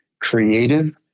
creative